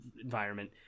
environment